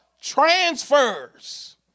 transfers